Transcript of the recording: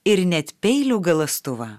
ir net peilių galąstuvą